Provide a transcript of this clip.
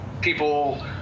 people